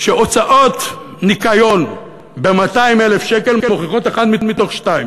שהוצאות ניקיון ב-200,000 שקל מוכיחות אחת משתיים: